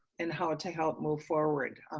and how to help move forward.